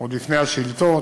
עוד לפני השאילתות.